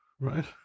Right